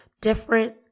different